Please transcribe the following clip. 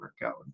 workout